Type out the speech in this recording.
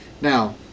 Now